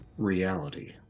reality